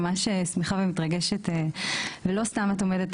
אני ממש שמחה ומתרגשת ולא סתם את עומדת